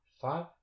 Five